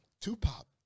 Tupac